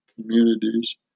communities